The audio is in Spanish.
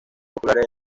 populares